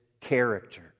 character